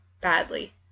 badly